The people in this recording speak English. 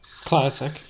classic